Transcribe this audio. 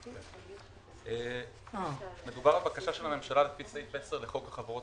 מדובר בבקשה של הממשלה לפי סעיף 10 לחוק החברות